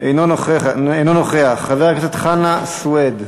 אינו נוכח, חבר הכנסת חנא סוייד,